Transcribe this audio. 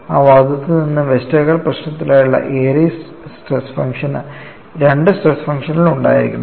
ആ വാദത്തിൽ നിന്ന് വെസ്റ്റർഗാർഡ് പ്രശ്നത്തിനായുള്ള എറിസ് സ്ട്രെസ് ഫംഗ്ഷനു രണ്ട് സ്ട്രെസ് ഫംഗ്ഷനുകൾ ഉണ്ടായിരിക്കണം